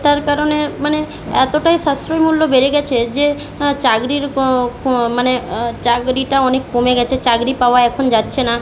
তার কারণে মানে এতটাই সাশ্রয়ী মূল্য বেড়ে গিয়েছে যে চাকরির ক ক মানে চাকরিটা অনেক কমে গিয়েছে চাকরি পাওয়া এখন যাচ্ছে না